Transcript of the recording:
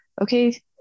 okay